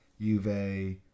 Juve